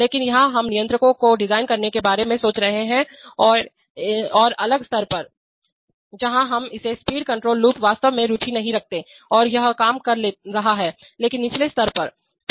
लेकिन यहां हम नियंत्रणों को डिजाइन करने के बारे में सोच रहे हैं एक अलग स्तर पर जहां हम इसमें स्पीड कंट्रोल लूप वास्तव में रुचि नहीं रखते हैं और यह काम कर रहा है लेकिन निचले स्तर पर है